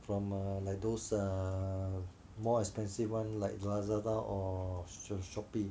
from uh like those uh more expensive [one] like Lazada or Shopee